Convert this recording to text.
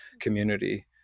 community